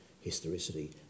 historicity